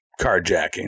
carjacking